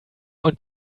und